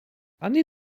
ani